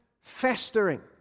festering